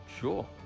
sure